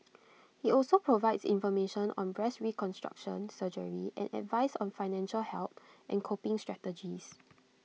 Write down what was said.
IT also provides information on breast reconstruction surgery and advice on financial help and coping strategies